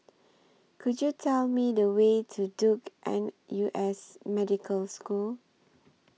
Could YOU Tell Me The Way to Duke N U S Medical School